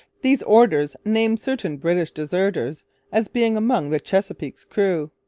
these orders named certain british deserters as being among the chesapeake's crew.